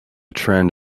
trend